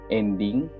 ending